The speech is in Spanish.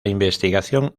investigación